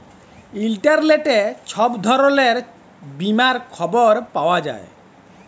ইলটারলেটে ছব ধরলের বীমার খবর পাউয়া যায়